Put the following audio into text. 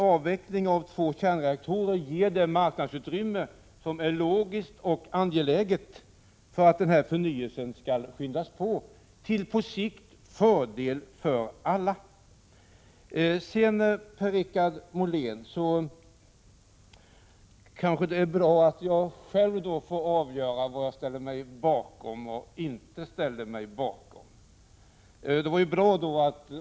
Avveckling av två kärnreaktorer ger det marknadsutrymme som är logiskt och angeläget för att förnyelsen skall skyndas på, vilket på sikt är till fördel för alla. Sedan, Per-Richard Molén, kanske det är bra att jag själv får avgöra vad jag ställer mig bakom och inte ställer mig bakom.